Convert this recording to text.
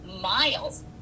miles